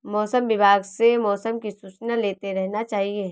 मौसम विभाग से मौसम की सूचना लेते रहना चाहिये?